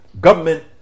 government